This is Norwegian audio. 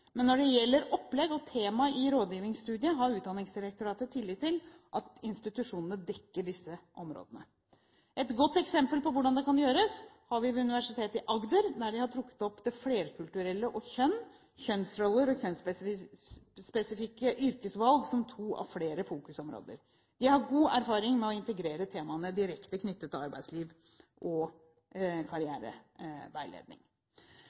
Men når det gjelder opplegg og tema i rådgivingsstudiet, har Utdanningsdirektoratet tillit til at institusjonene dekker disse områdene. Et godt eksempel på hvordan det kan gjøres, har vi ved Universitetet i Agder, der de har trukket opp det flerkulturelle og kjønn, kjønnsroller og kjønnsspesifikke yrkesvalg som to av flere fokusområder. De har god erfaring med å integrere temaene direkte knyttet til arbeidsliv og